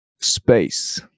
space